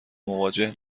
مواجه